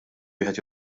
wieħed